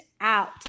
out